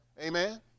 Amen